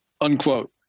unquote